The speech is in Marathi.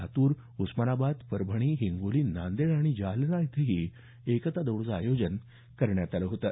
लातूर उस्मानाबाद परभणी हिंगोली नांदेड आणि जालना इथंही एकता दौडचं आयोजन करण्यात आलं होतं